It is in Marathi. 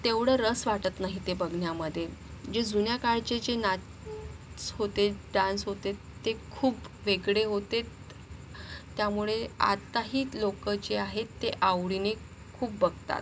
तेव्हडं रस वाटत नाही ते बघण्यामधे जे जुन्या काळचे जे नाच होते डान्स होते ते खूप वेगळे होते त्यामुळे आताही लोक जे आहेत ते आवडीने खूप बघतात